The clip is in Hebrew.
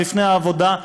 ולפני העבודה,